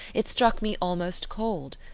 it struck me almost cold.